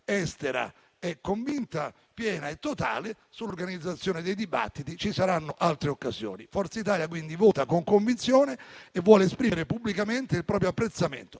estera è quindi convinta, piena e totale e sull'organizzazione dei dibattiti ci saranno altre occasioni. Forza Italia quindi vota con convinzione e vuole esprimere pubblicamente il proprio apprezzamento